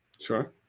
Sure